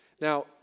Now